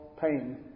pain